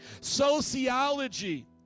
sociology